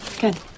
Good